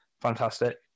fantastic